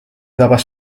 tabas